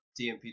DMP